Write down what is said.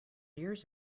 years